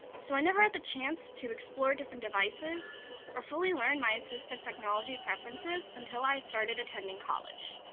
so i never had the chance to explore different devices or fully learn my assistive technology preferences until i started attending college.